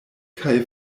kaj